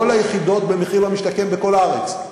כל היחידות הן במחיר למשתכן, בכל הארץ.